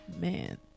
man